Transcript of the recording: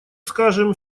скажем